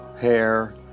hair